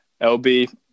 LB